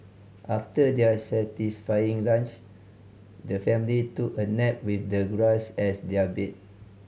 after their satisfying lunch the family took a nap with the grass as their bed